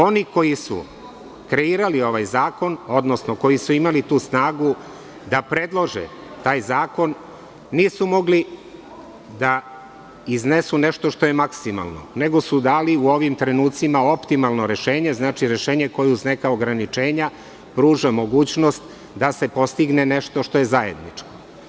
Oni koji su kreirali ovaj zakon, odnosno koji su imali tu snagu da predlože taj zakon nisu mogli da iznesu nešto što je maksimalno, nego su dali u ovim trenucima optimalno rešenje, znači rešenje koje uz neka ograničenja pruža mogućnost da se postigne nešto što je zajedničko.